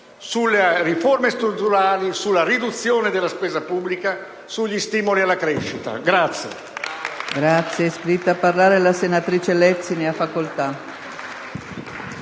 sulle riforme strutturali, sulla riduzione della spesa pubblica e sugli stimoli alla crescita.